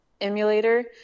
emulator